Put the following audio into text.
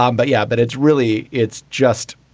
um but yeah. but it's really it's just